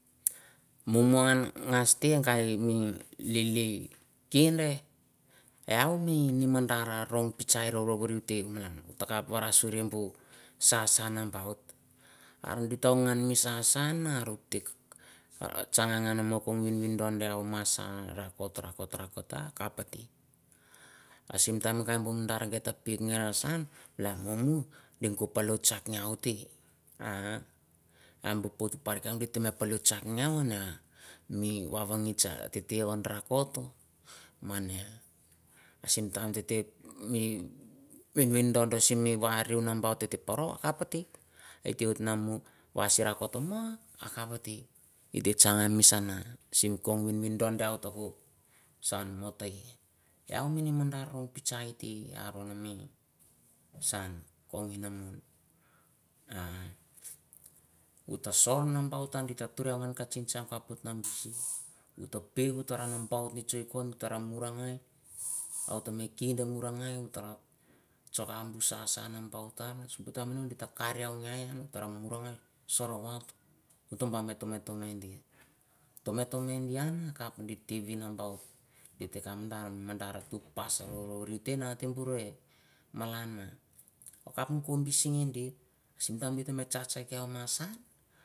Mumuhan gasteh gai oni lilikindeh, heauh mi numandar orou pitcharr o'routeh malan. Tahkaph warasureh buh sahsah nambaut, ah gitoogan mi sahsah nah hardeh. Ah tsanganon mokovinvinh doveh neuh masah rakot, rakot, rakot ah kapateh. Ahsimtime ah bah mandarr giteh phiuk geh rah sun, lagmumu, dangoh puloh tsak hawolteh, ah, buh phuthpak ah giteh palah tsak geuhmeh, mi wahwahgut tetih rakotoh, maneh. Simtime tehteh mi vinvindoh simi wariah nambaut hate poroh kapateh hitewot namuh waseh rakotomoh akaphateh. Hitah tsang han han missanah simcomvinvindoh hotoh woht sanmotayeh. Yau iminnmandarr roupitcarr teh haronnami san, kovinemin, ah, hitoson nambaut giteh. Turyau gan tsing tsang kaph wohot nah bisi, gitoh kirkarang nambaut mi checkon tarramrr ang, outoh meh kindeh murrangai rah socoham buh sahsah nambaut oh sambuteh mayii gitah kareh yaugeh taroumurugeh, sorogeh, gito buh manneh tohmandeh. Tohmandian kaph giteh wihn nambaut, giteh comdaur mandar pasehvahvurr teh ateh murryeh malannah nah kaph nuku bisi nigget. Simtime chachageh masgah.